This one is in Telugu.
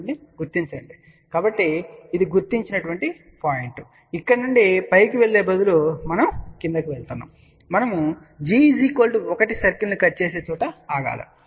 2 ను గుర్తించండి కాబట్టి ఇది గుర్తించిన పాయింట్ కాబట్టి ఇక్కడ నుండి పైకి వెళ్లే బదులు మనం క్రిందికి వెళ్తున్నాము మనము g 1 సర్కిల్ ను కట్ చేసే చోట ఆగవలెను